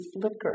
flicker